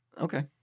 okay